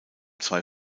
zwei